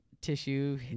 tissue